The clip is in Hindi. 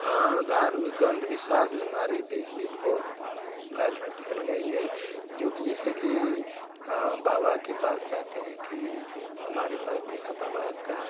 हाँ धार्मिक अंधविश्वास हमारे देश में भी बहुत फैल गई है जो कि जिससे कि बाबा के पास जाते हैं कि हमारे पास देखा बाबा का